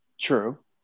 True